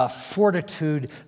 fortitude